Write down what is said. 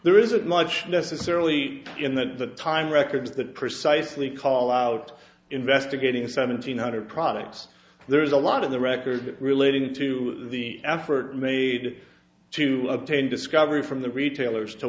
there isn't much necessarily in that time records that precisely call out investigating seven hundred products there's a lot of the record that relating to the effort made to obtain discovery from the retailers to